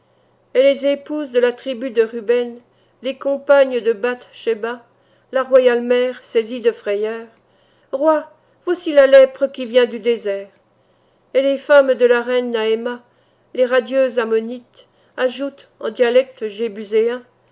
et les épouses de la tribu de ruben les compagnes de bath scheba la royale mère saisies de frayeur roi voici la lèpre qui vient du désert et les femmes de la reine naëma les radieuses ammonites ajoutent en dialecte